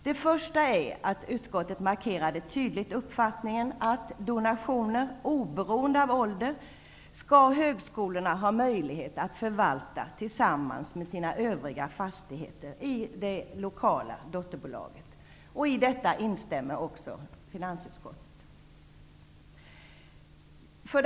Det första är att utskottet tydligt markerade uppfattningen att högskolorna skall ha möjlighet att förvalta donationer, oberoende av fastighetens ålder, tillsammans med sina övriga fastigheter och i samverkan med det lokala dotterbolaget. I det instämmer också finansutskottet.